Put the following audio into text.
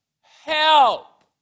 help